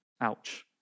Ouch